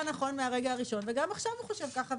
נכון מהרגע הראשון וגם עכשיו הוא חושב ככה.